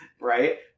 right